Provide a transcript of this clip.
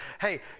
hey